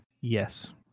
Yes